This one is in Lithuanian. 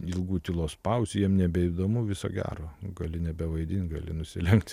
ilgų tylos pauzių jam nebeįdomu viso gero gali nebevaidint gali nusilenkt